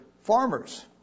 farmers